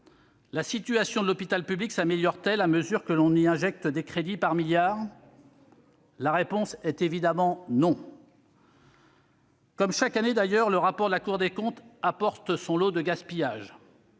La situation de l'hôpital public s'améliore-t-elle à mesure que l'on y injecte des crédits par milliards ? La réponse est évidemment non. Comme chaque année d'ailleurs, le rapport de la Cour des comptes apporte son lot de gaspillages.